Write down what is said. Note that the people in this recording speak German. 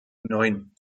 neun